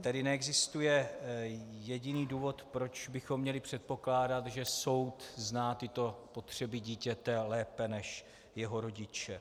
Tedy neexistuje jediný důvod, proč bychom měli předpokládat, že soud zná tyto potřeby dítěte lépe než jeho rodiče.